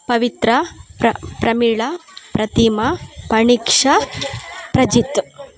ಪವಿತ್ರ ಪ್ರ ಪ್ರಮೀಳಾ ಪ್ರತಿಮಾ ಫಣಿಕ್ಷಾ ಪ್ರಜಿತ್